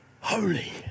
holy